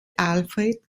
alfred